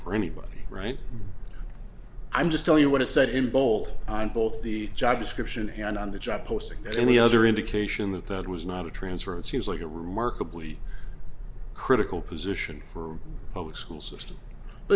for anybody right i'm just tell you what it said in bold on both the job description and on the job posting any other indication that that was not a transfer and seems like a remarkably critical position for a public school system